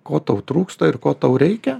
ko tau trūksta ir ko tau reikia